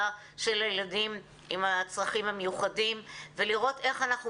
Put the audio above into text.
של הילדים עם הצרכים המיוחדים ולראות איך אנחנו